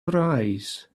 arise